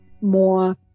more